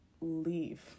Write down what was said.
leave